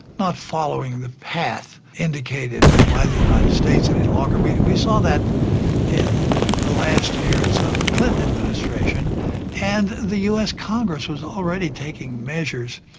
not following the path indicated by the united states any longer. we we saw that in the last years of the clinton administration and the us congress was already taking measures,